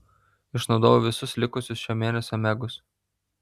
išnaudojau visus likusius šio mėnesio megus